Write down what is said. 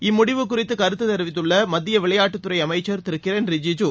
இம்முடிவு குறித்து கருத்து தெரிவித்துள்ள மத்திய விளையாட்டுத்துறை அமைச்சர் திரு கிரண் ரிஜிஜூ